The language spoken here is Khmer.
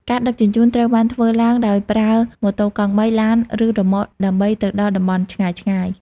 ការដឹកជញ្ជូន ត្រូវបានធ្វើឡើងដោយប្រើម៉ូតូកង់បី ឡាន ឬរ៉ឺម៉កដើម្បីទៅដល់តំបន់ឆ្ងាយៗ។